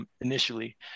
Initially